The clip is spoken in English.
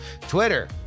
Twitter